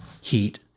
heat